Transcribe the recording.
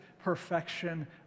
perfection